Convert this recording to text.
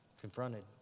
Confronted